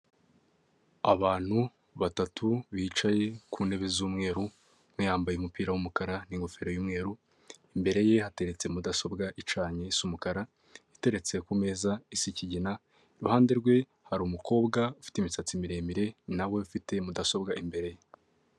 Abantu batatu bicaye ku ntebe z'umweru umwe yambaye umupira w'umukara n'ingofero y'umweru. Imbere ye hateretse mudasobwa icanye isa umukara. Iteretse ku meza isa ikigina. Iruhande rwe hari umukobwa ufite imisatsi miremire na we ufite mudasobwa imbere ye.